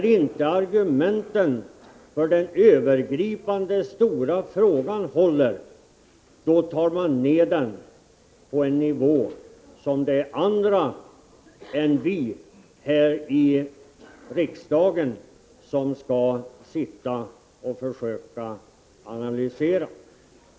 När argumenten i den stora, övergripande frågan inte håller för man ner den på en nivå där det är andra än vi här i riksdagen som har till uppgift att genomföra analysen.